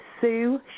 Sue